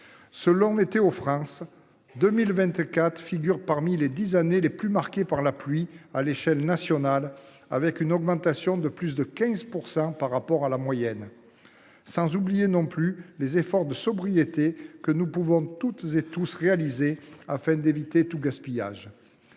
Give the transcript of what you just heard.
Selon Météo France, 2024 figure parmi les dix années les plus marquées par la pluie depuis 1959 à l’échelle nationale, avec une pluviométrie de plus de 15 % au dessus de la moyenne. N’oublions pas non plus les efforts de sobriété que nous pouvons toutes et tous réaliser afin d’éviter tout gaspillage.